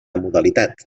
modalitat